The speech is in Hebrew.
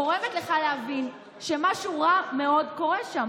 גורמת לך להבין שמשהו רע מאוד קורה שם.